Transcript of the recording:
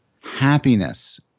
happiness